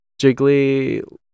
jiggly